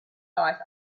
ask